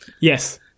yes